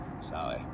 Sorry